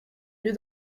lieu